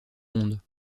monde